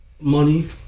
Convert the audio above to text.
money